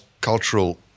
cultural